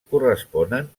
corresponen